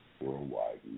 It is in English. worldwide